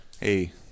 Hey